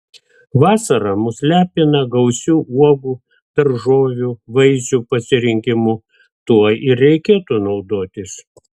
vasara mus lepina gausiu uogų daržovių vaisių pasirinkimu tuo ir reikėtų naudotis